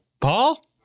Paul